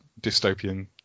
dystopian